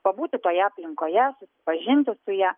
pabūti toje aplinkoje susipažinti su ja